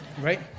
right